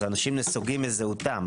אנשים נסוגים מזהותם.